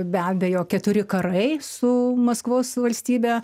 be abejo keturi karai su maskvos valstybe